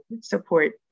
support